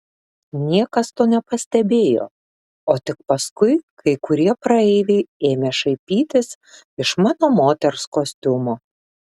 niekas to nepastebėjo o tik paskui kai kurie praeiviai ėmė šaipytis iš mano moters kostiumo